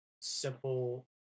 simple